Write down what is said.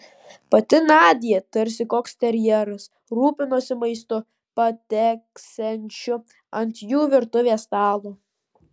pati nadia tarsi koks terjeras rūpinosi maistu pateksiančiu ant jų virtuvės stalo